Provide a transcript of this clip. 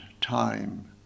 time